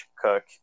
cook